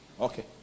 Okay